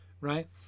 right